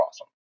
awesome